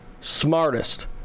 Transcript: smartest